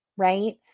Right